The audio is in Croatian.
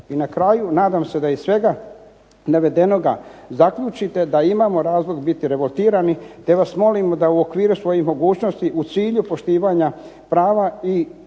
I na kraju, nadam se da iz svega navedenoga zaključite da imamo razlog biti revoltirani, te vas molimo da u okviru svojih mogućnosti, u cilju poštivanja prava i osnaživanja